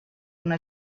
una